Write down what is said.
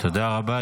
תודה רבה.